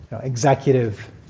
executive